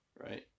right